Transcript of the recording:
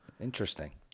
Interesting